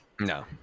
No